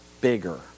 bigger